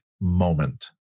moment